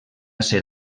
ser